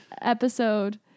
episode